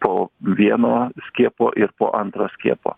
po vieno skiepo ir po antro skiepo